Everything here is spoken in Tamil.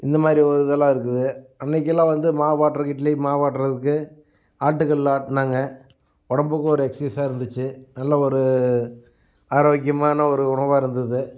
இந்த மாதிரி ஒரு இதெல்லாம் இருக்குது அன்றைக்கிலாம் வந்து மாவு ஆட்டுறக்கு இட்லிக்கு மாவு ஆட்டுறதுக்கு ஆட்டுக்கல்லில் ஆட்டினாங்க உடம்புக்கும் ஒரு எக்சைஸாக இருந்துச்சு நல்ல ஒரு ஆரோக்கியமான ஒரு உணவாக இருந்தது